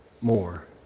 more